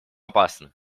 опасно